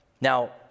Now